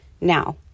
Now